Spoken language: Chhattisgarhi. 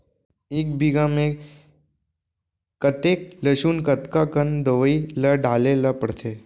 एक बीघा में कतेक लहसुन कतका कन दवई ल डाले ल पड़थे?